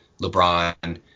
LeBron –